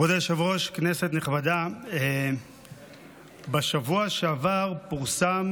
כבוד היושב-ראש, כנסת נכבדה, בשבוע שעבר פורסם